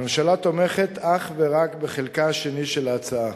הממשלה תומכת אך ורק בחלקה השני של ההצעה,